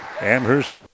Amherst